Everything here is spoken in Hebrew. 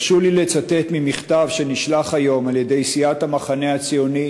הרשו לי לצטט ממכתב שנשלח היום על-ידי סיעת המחנה הציוני